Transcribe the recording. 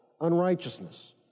unrighteousness